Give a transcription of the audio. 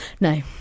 no